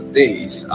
days